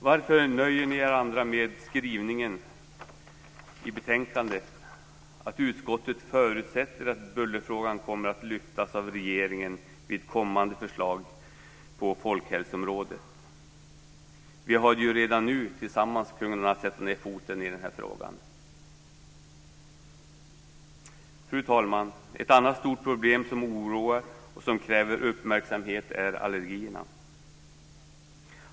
Varför nöjer ni andra er med skrivningen i betänkandet, att utskottet förutsätter att bullerfrågan kommer att lyftas av regeringen vid kommande förslag på folkhälsoområdet? Vi kan ju redan nu tillsammans sätta ned foten i den här frågan. Fru talman! Ett annat stort problem som oroar och som kräver uppmärksamhet är allergierna.